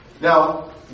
Now